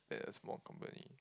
than a small company